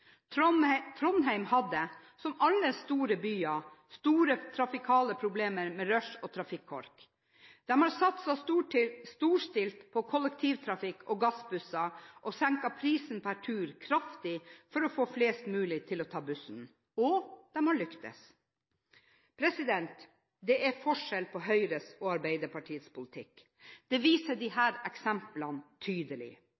Trondheim hadde, som alle store byer, store trafikale problemer med rush og trafikkork. De har hatt en stortstilt satsing på kollektivtrafikk og gassbusser, de har senket prisen per tur kraftig for å få flest mulig til å ta bussen – og de har lyktes. Det er forskjell på Høyres og Arbeiderpartiets politikk. Det viser